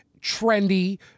trendy